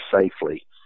safely